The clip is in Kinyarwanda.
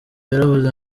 yaravuze